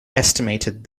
estimated